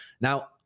Now